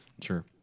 Sure